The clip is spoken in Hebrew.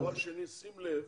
דבר שני, שים לב